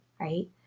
right